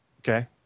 Okay